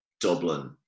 Dublin